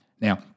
Now